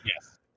Yes